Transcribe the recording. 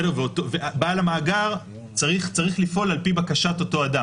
בעל המאגר צריך לפעול על פי בקשת אותו אדם,